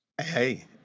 Hey